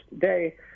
today